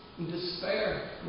Despair